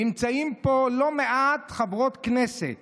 נמצאות פה לא מעט חברות כנסת